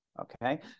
Okay